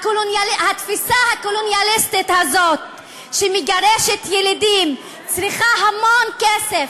התפיסה הקולוניאליסטית הזאת שמגרשת ילידים צריכה המון כסף,